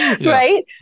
Right